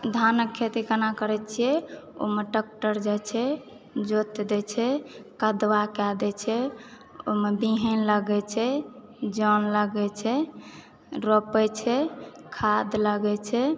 धानक खेती केना करै छियै ओहिमे टक्टर जाइ छै जोइत दै छै कदबा कय दै छै ओहि मे बिहीन लगै छै जौन लगै छै रोपै छै खाद लगै छै